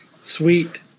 Sweet